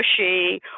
pushy